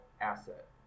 asset